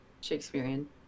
Shakespearean